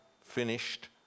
Finished